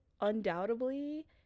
undoubtedly